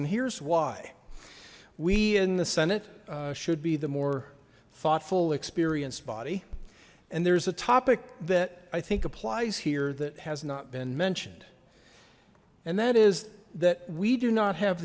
and here's why we in the senate should be the more thoughtful experienced body and there's a topic that i think applies here that has not been mentioned and that is that we do not have